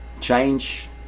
change